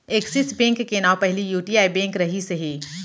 axis bank के नांव पहिली यूटीआई बेंक रहिस हे